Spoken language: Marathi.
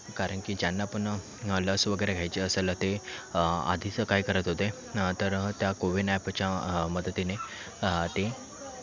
कारण की ज्यांना पण लस वगैरे घ्यायची असेल ते आधीच काय करत होते तर त्या कोवीन ॲपच्या मदतीने ते